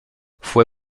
fue